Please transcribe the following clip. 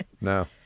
no